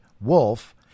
wolf